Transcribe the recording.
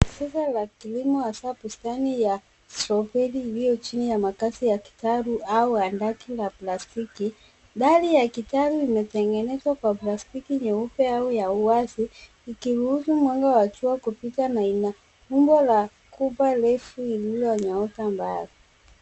Mfumo ya kilimo hasa bustani ya stroberi iliyo chini ya makazi ya kitalu au handaki la plastiki. Ndani ya kitalu imetengenezwa kwa plastiki nyeupe au ya uwazi, ikiruhusu mwanga wa jua kupita na ina umbo wa kubwa refu iliyonyooka mbao.